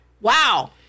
Wow